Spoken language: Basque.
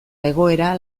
egoera